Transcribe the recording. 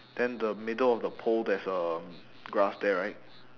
then the middle of the pole there's um grass there right